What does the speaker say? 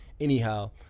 Anyhow